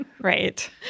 Right